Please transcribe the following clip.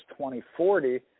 2040